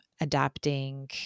adapting